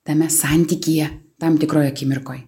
tame santykyje tam tikroj akimirkoj